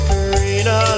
Karina